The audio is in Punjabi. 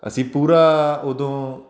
ਅਸੀਂ ਪੂਰਾ ਉਦੋਂ